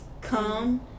come